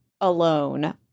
alone